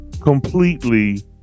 completely